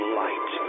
light